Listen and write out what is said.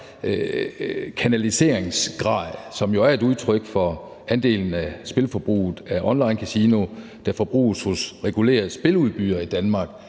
kanaliseringsgrad, som jo er et udtryk for andelen af spilforbruget hos onlinekasinoer, der forbruges hos regulerede spiludbydere i Danmark,